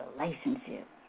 relationship